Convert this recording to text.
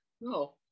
No